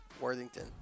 Worthington